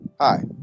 Hi